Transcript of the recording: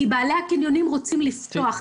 הרי בעלי הקניונים רוצים לפתוח,